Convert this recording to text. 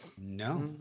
No